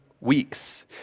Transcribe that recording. weeks